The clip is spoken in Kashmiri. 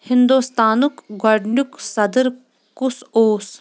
ہندوستانُک گۄڈٕنیُک صدٕر کُس اوس